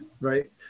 Right